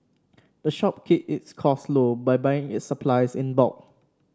the shop keep its costs low by buying its supplies in bulk